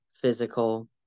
physical